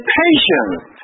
patient